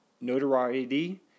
notoriety